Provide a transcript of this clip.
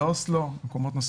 באוסלו ובמקומות נוספים,